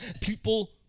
people